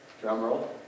Drumroll